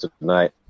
tonight